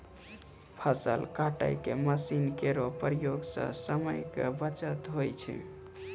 फसल काटै के मसीन केरो प्रयोग सें समय के बचत होय छै